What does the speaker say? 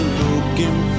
looking